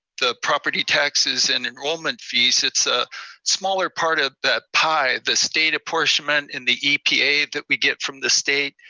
the property taxes and enrollment fees, it's a smaller part of that pie, the state apportionment in the epa that we get from the state.